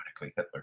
Hitler